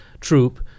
troop